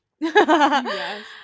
Yes